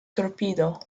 torpedo